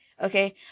Okay